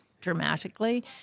dramatically